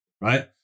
right